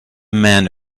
man